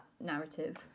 narrative